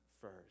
first